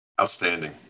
Outstanding